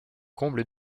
comble